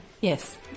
yes